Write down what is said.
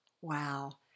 Wow